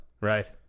Right